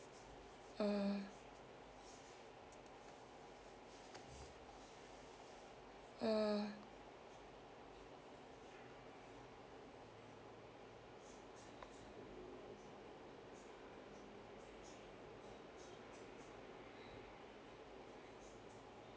mm mm